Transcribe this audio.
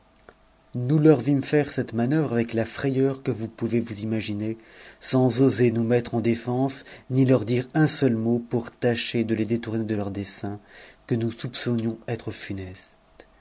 nous leur vîmes faire cette manoeuvre avec la frayeur que vous pouvous imaginer sans oser nous mettre en défense ni leur dire un seul pour tâcher de les détourner de leur dessein que nous soupçonnions funeste